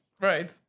Right